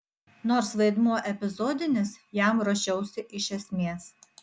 nors vaidmuo epizodinis jam ruošiausi iš esmės